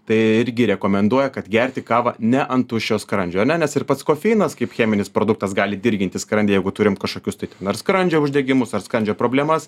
tai irgi rekomenduoja kad gerti kavą ne ant tuščio skrandžio ar ne nes ir pats kofeinas kaip cheminis produktas gali dirginti skrandį jeigu turim kažkokius tai ar skrandžio uždegimus ar skrandžio problemas